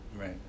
Right